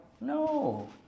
No